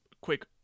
quick